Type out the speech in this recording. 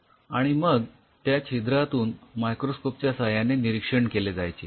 आणि मग त्या छिद्रातून मायक्रोस्कोप च्या साह्याने निरीक्षण केले जायचे